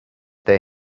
they